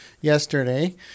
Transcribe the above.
yesterday